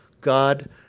God